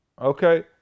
okay